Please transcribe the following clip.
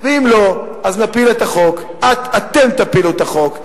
אם לא, אז נפיל את החוק, אתם תפילו את החוק.